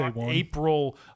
April